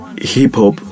hip-hop